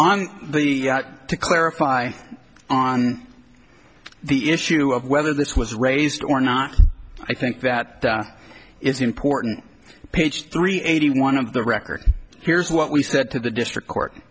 on to clarify on the issue of whether this was raised or not i think that is important page three eighty one of the record here's what we said to the district court